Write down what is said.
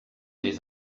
des